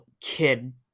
kid